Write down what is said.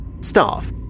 staff